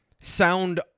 sound